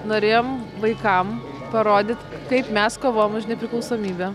norėjom vaikam parodyt kaip mes kovojam už nepriklausomybę